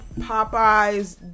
Popeye's